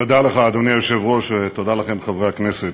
תודה לך, אדוני היושב-ראש, ותודה לכם, חברי הכנסת.